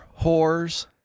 whores